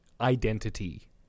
identity